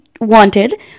wanted